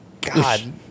god